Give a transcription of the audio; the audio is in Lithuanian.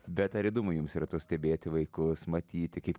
bet ar įdomu jums yra tuos stebėti vaikus matyti kaip